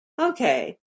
okay